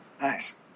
Nice